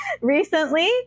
recently